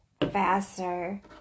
faster